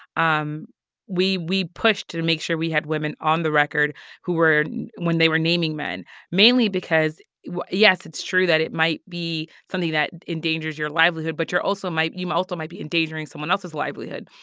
um we we pushed to make sure we had women on the record who were when they were naming men mainly because, yes, it's true that it might be something that endangers your livelihood, but you're also might you also might be endangering someone else's livelihood.